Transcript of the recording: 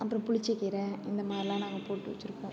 அப்புறம் புளிச்ச கீரை இந்த மாதிரிலாம் நாங்கள் போட்டு வச்சுருக்கோம்